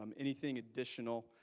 um anything additional,